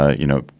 you know,